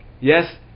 Yes